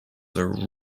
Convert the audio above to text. are